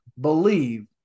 believe